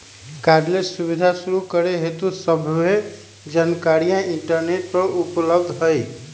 cardless सुबीधा शुरू करे हेतु सभ्भे जानकारीया इंटरनेट पर उपलब्ध हई